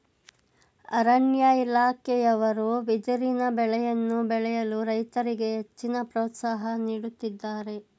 ಅರಣ್ಯ ಇಲಾಖೆಯವರು ಬಿದಿರಿನ ಬೆಳೆಯನ್ನು ಬೆಳೆಯಲು ರೈತರಿಗೆ ಹೆಚ್ಚಿನ ಪ್ರೋತ್ಸಾಹ ನೀಡುತ್ತಿದ್ದಾರೆ